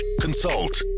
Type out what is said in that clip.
consult